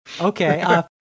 Okay